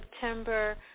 September